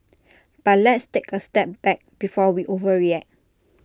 but let's take A step back before we overreact